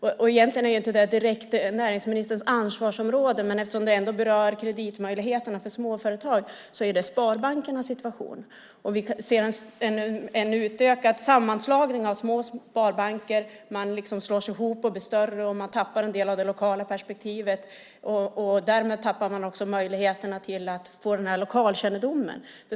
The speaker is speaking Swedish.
Egentligen är det inte direkt näringsministerns ansvarsområde, men kreditmöjligheterna för småföretag berörs. Det gäller sparbankernas situation. Vi ser en utökad sammanslagning av små sparbanker till större. Man tappar en del av det lokala perspektivet och därmed också möjligheterna att få lokalkännedom.